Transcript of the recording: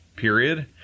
period